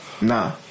Nah